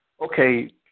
okay